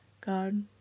God